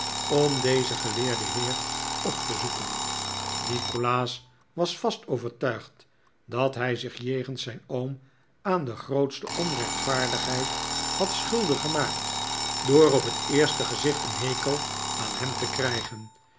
om dezen geleerden heer op te zoeken nikolaas was vast overtuigd dat hij zich jegens zijn oom aan de grootste onrechtvaardigheid had schuldig gemaakt door op het eerste g'ezicht een hekel aan hem te krijgen